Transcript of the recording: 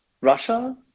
Russia